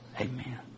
Amen